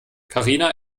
karina